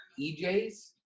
EJ's